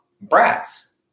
brats